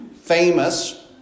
famous